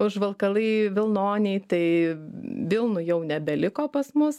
užvalkalai vilnoniai tai vilnų jau nebeliko pas mus